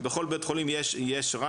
בכל בית חולים יש רב,